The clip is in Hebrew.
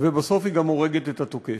ובסוף היא גם הורגת את התוקף.